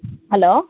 hello